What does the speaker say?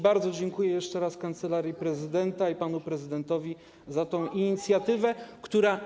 Bardzo dziękuję jeszcze raz Kancelarii Prezydenta RP i panu prezydentowi za tę inicjatywę, która.